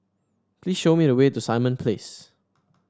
please show me the way to Simon Place